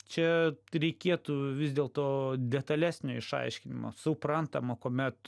čia reikėtų vis dėlto detalesnio išaiškinimo suprantama kuomet